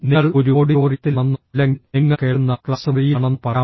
നിങ്ങൾ ഒരു ഓഡിറ്റോറിയത്തിലാണെന്നോ അല്ലെങ്കിൽ നിങ്ങൾ കേൾക്കുന്ന ക്ലാസ് മുറിയിലാണെന്നോ പറയാം